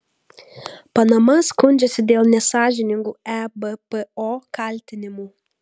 panama skundžiasi dėl nesąžiningų ebpo kaltinimų